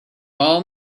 all